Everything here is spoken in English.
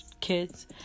kids